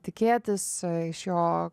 tikėtis iš jo